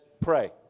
pray